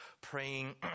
praying